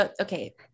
okay